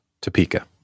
Topeka